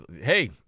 hey